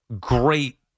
great